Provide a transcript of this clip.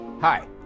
Hi